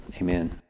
Amen